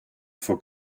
for